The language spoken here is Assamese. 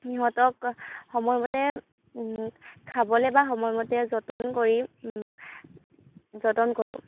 সিহঁতক সময়মতে খাবলৈ বা সময়মতে যতন কৰি যতন কৰোঁ